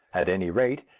at any rate,